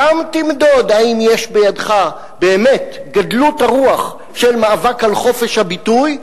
שם תמדוד אם יש בידך באמת גדלות הרוח של מאבק על חופש הביטוי,